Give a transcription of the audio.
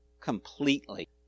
completely